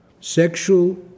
Sexual